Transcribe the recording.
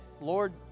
Lord